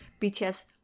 BTS